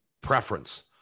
preference